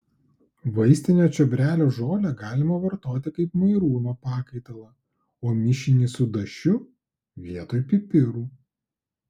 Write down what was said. vaistinio čiobrelio žolę galima vartoti kaip mairūno pakaitalą o mišinį su dašiu vietoj pipirų